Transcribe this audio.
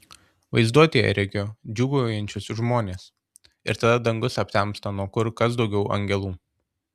vaizduotėje regiu džiūgaujančius žmones ir tada dangus aptemsta nuo kur kas daugiau angelų